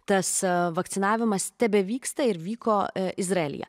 tas vakcinavimas tebevyksta ir vyko izraelyje